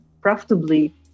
profitably